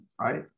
right